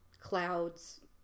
clouds